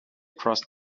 crossed